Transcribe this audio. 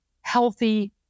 healthy